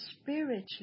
spiritually